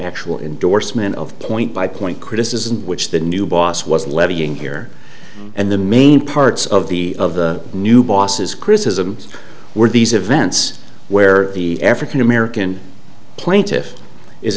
actual indorsement of point by point criticism which the new boss was levying here and the main parts of the of the new bosses criticisms were these events where the african american plaintiff is